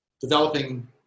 developing